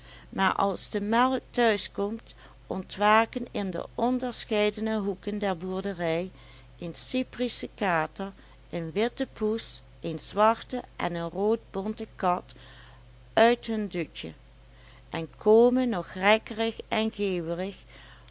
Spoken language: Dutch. maar als de melk thuis komt ontwaken in onderscheidene hoeken der boerderij een cyprische kater een witte poes een zwarte en een roodbonte kat uit hun dutje en komen nog rekkerig en